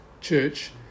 Church